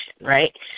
right